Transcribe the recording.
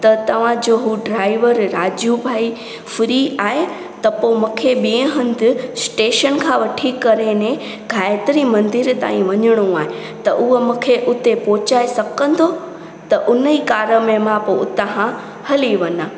त तव्हांजो हू ड्राइवर राजू भाई फ्री आहे त पोइ मूंखे ॿिए हंधु स्टेशन खां वठी करे ने गायत्री मंदरु ताईं वञिणो आहे त उहो मूंखे उते पहुचाए सघंदो त उन ई कार में मां पोइ उतां खां हली वञां